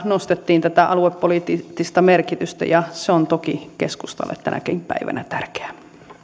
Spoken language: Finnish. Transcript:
nostettiin tätä aluepoliittista merkitystä ja se on toki keskustalle tänäkin päivänä tärkeää